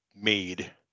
made